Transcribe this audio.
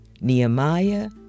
Nehemiah